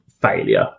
failure